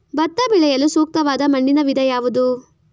ಭತ್ತ ಬೆಳೆಯಲು ಸೂಕ್ತವಾದ ಮಣ್ಣಿನ ವಿಧ ಯಾವುದು?